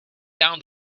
down